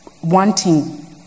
wanting